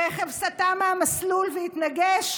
הרכב סטה מהמסלול והתנגש,